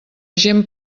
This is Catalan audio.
gent